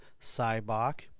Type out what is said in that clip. Cybok